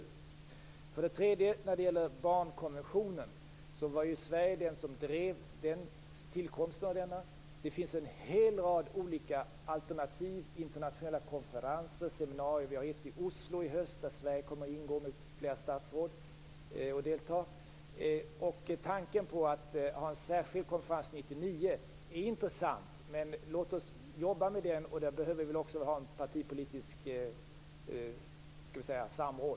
Sedan var det barnkonventionen. Sverige drev tillkomsten av konventionen. Det finns en hel rad alternativ, internationella konferenser, seminarier. Det blir ett i Oslo i höst. Sverige kommer att representeras av flera statsråd. Tanken på att ha en särskild konferens 1999 är intressant. Låt oss arbeta med den frågan. Vi behöver ha ett partipolitiskt samråd.